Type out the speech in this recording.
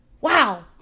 Wow